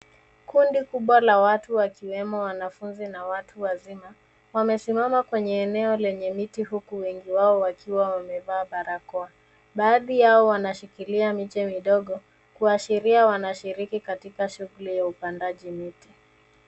Kundi kubwa la watu wakiwemo wanafunzi na watu wazima wamesimama kwenye eneo lenye miti huku wengi wao wakiwa wamevaa barakoa. Baadhi yao wanashikilia miche midogo kuashiria wanashiriki katika shughuli ya upandaji miti.